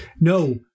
No